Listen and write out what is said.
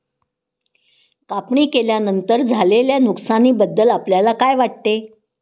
कापणी केल्यानंतर झालेल्या नुकसानीबद्दल आपल्याला काय वाटते?